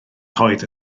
coed